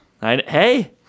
Hey